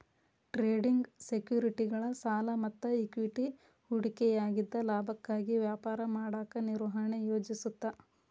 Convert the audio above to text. trading ಸೆಕ್ಯುರಿಟಿಗಳ ಸಾಲ ಮತ್ತ ಇಕ್ವಿಟಿ ಹೂಡಿಕೆಯಾಗಿದ್ದ ಲಾಭಕ್ಕಾಗಿ ವ್ಯಾಪಾರ ಮಾಡಕ ನಿರ್ವಹಣೆ ಯೋಜಿಸುತ್ತ